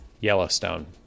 Yellowstone